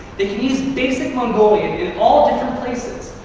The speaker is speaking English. they can use basic mongolian in all different places.